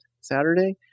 Saturday